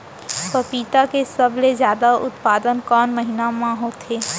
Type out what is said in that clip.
पपीता के सबले जादा उत्पादन कोन महीना में होथे?